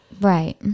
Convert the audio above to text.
right